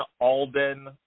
Alden